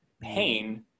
Pain